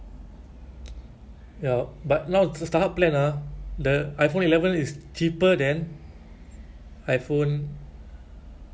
ya but now starhub plan ah the iphone eleven is cheaper than iphone X